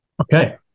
okay